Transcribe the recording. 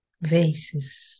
vases